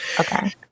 okay